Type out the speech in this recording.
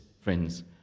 friends